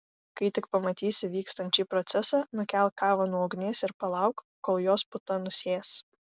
kai tik pamatysi vykstant šį procesą nukelk kavą nuo ugnies ir palauk kol jos puta nusės